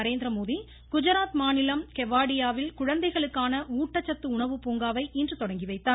நரேந்திமோடி குஜராத் மாநிலம் கெவாடியாவில் குழந்தைகளுக்கான ஊட்டச்சத்து உணவு பூங்காவை இன்று தொடங்கிவைத்தார்